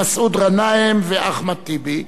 מסעוד גנאים ואחמד טיבי.